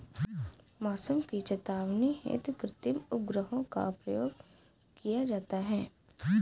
मौसम की चेतावनी हेतु कृत्रिम उपग्रहों का प्रयोग किया जाता है